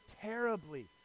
terribly